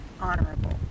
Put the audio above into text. honorable